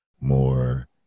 more